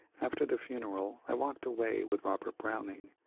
after the funeral i walked away with robert browning,